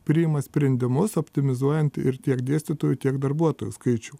priima sprendimus optimizuojant ir tiek dėstytojų tiek darbuotojų skaičių